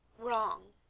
wrong,